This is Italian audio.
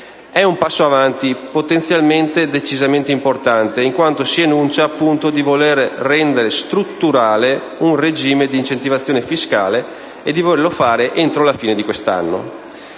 È un passo avanti potenzialmente e decisamente importante, in quanto si enuncia di voler rendere strutturale un regime di incentivazione fiscale e di volerlo fare entro la fine di quest'anno.